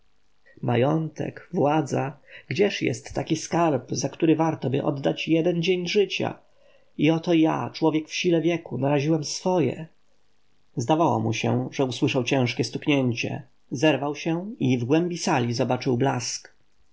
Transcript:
majątek władza gdzież jest taki skarb za który wartoby oddać jeden dzień życia i oto ja człowiek w sile wieku naraziłem swoje zdawało mu się że usłyszał ciężkie stuknięcie zerwał się i w głębi sali zobaczył blask